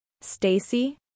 Stacy